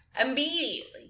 Immediately